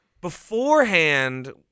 beforehand